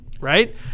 right